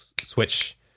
switch